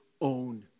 own